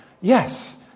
Yes